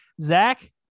Zach